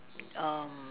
um